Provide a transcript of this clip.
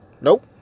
Nope